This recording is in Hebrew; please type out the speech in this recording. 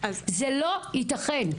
זה לא יתכן,